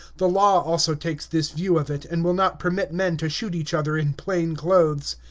the law also takes this view of it, and will not permit men to shoot each other in plain clothes.